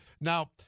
now